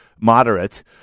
moderate